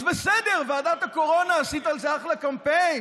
אז בסדר, ועדת הקורונה, עשית על זה אחלה קמפיין,